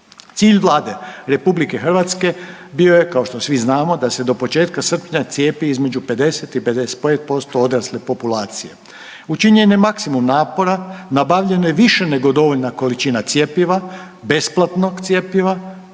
Cilj Vlade RH bio je, kao što svi znamo, da se do početka srpnja cijepi između 50 i 55% odrasle populacije. Učinjen je maksimum napora, nabavljeno je više nego dovoljna količina cjepiva, besplatnog cjepiva,